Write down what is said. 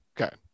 Okay